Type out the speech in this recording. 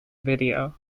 video